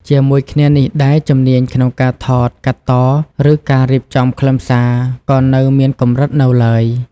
ជាមួយគ្នានេះដែរ ជំនាញក្នុងការថត កាត់ត ឬការរៀបចំខ្លឹមសារ ក៏នៅមានកម្រិតនៅឡើយ។